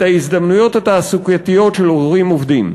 ההזדמנויות התעסוקתיות של הורים עובדים.